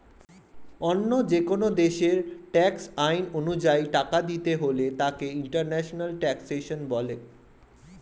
অন্য যেকোন দেশের ট্যাক্স আইন অনুযায়ী টাকা দিতে হলে তাকে ইন্টারন্যাশনাল ট্যাক্সেশন বলে